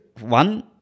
One